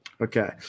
Okay